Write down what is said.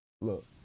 Look